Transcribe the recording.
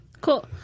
Cool